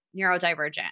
neurodivergent